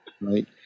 Right